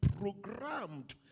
programmed